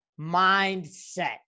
mindset